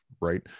right